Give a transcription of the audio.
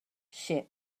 ship